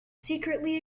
secretly